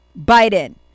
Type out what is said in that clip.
Biden